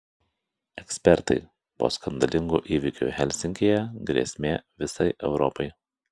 ekspertai po skandalingų įvykių helsinkyje grėsmė visai europai